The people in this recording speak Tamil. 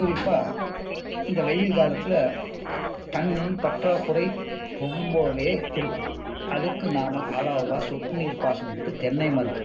குறிப்பாக இந்த வெயில் காலத்தில் தண்ணி பற்றாக்குறை ரொம்பவே இருக்கும் அதுக்கு நாம் அளவாக சொட்டுநீர் பாசனம் விட்டு தென்னை மரத்துக்கு